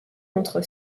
entre